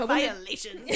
Violation